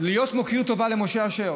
להכיר טובה למשה אשר.